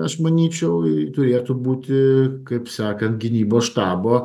aš manyčiau turėtų būti kaip sakant gynybos štabo